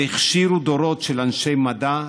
שהכשירו דורות של אנשי מדע וטכנולוגיה.